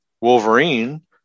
Wolverine